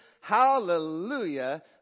hallelujah